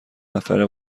نفره